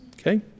Okay